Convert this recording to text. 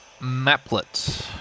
Maplet